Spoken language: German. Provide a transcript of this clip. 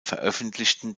veröffentlichten